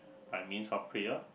by means of prayer